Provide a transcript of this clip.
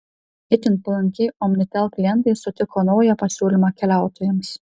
itin palankiai omnitel klientai sutiko naują pasiūlymą keliautojams